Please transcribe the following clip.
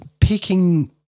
picking